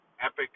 epic